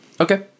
Okay